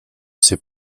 ses